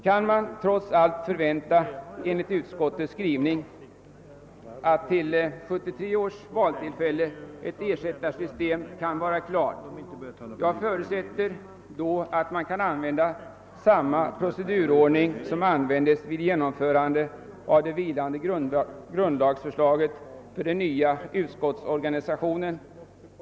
Kan man trots allt förvänta att ett ersättarsystem skall vara klart till 1973 års val enligt utskottets skrivning?